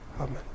Amen